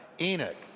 Enoch